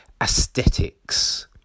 aesthetics